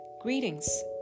Greetings